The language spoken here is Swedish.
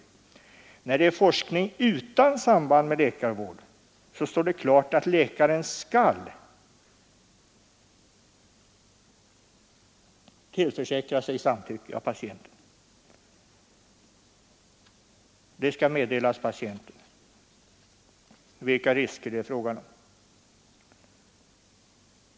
När det är forskning utan samband med läkarvård, står det klart att läkaren skall tillförsäkra sig samtycke av patienten. Det skall meddelas patienten vilka risker det är frågan om.